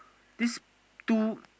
this two